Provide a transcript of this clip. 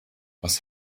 was